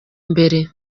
mbere